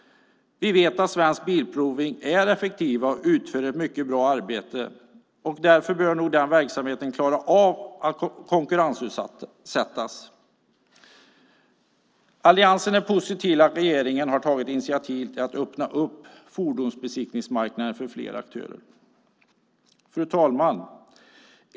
Vi vet att Svensk Bilprovning är effektivt och utför ett mycket bra arbete. Därför bör nog den verksamheten klara av att konkurrensutsättas. Alliansen är positiv till att regeringen har tagit initiativ till att öppna fordonsbesiktningsmarknaden för fler aktörer. Fru talman!